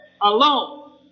alone